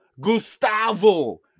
Gustavo